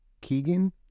Keegan